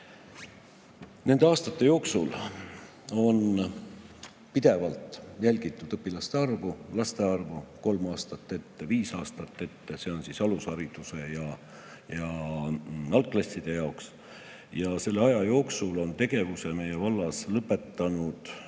Nende aastate jooksul on pidevalt jälgitud õpilaste arvu, laste arvu – kolm aastat ette, viis aastat ette. Seda on vaja alushariduse ja algklasside jaoks. Selle aja jooksul on tegevuse meie vallas lõpetanud